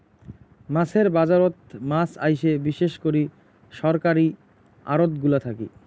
মাছের বাজারত মাছ আইসে বিশেষ করি সরকারী আড়তগুলা থাকি